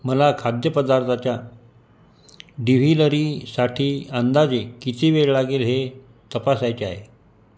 मला खाद्यपदार्थाच्या डिव्हिलरीसाठी अंदाजे किती वेळ लागेल हे तपासायचे आहे